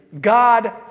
God